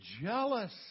jealous